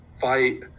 fight